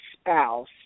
spouse